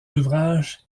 ouvrages